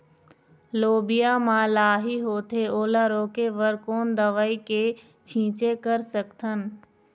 लोबिया मा लाही होथे ओला रोके बर कोन दवई के छीचें कर सकथन?